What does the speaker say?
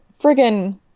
friggin